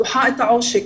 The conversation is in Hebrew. דוחה את העושק,